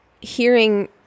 hearing